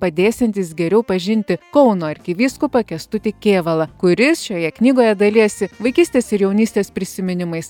padėsiantys geriau pažinti kauno arkivyskupą kęstutį kėvalą kuris šioje knygoje dalijasi vaikystės ir jaunystės prisiminimais